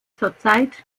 zurzeit